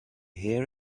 hear